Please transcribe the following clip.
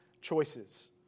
choices